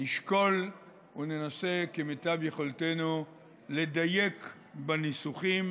נשקול וננסה כמיטב יכולתנו לדייק בניסוחים,